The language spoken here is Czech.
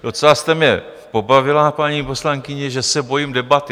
Docela jste mě pobavila, paní poslankyně, že se bojím debaty.